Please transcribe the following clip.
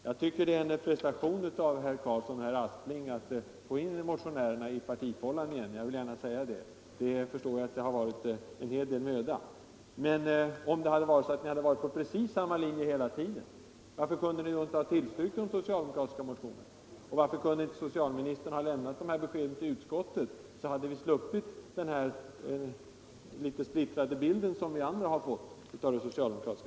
Jag tycker att det är en prestation av herr Karlsson och herr Aspling att få in motionärerna i partifållan igen, jag vill gärna säga det för jag förstår att det inneburit en hel del möda. Men om alla hade stått för precis samma linje hela tiden varför kunde ni då inte ha tillstyrkt de socialdemokratiska motionerna och varför kunde inte socialministern lämnat sina besked till utskottet så hade ni sluppit framträda så splittrade i dag. Herr talman!